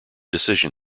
decision